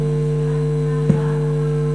השאלה אם ניתנה הצעה על הנושאים האלה.